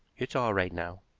it's all right now,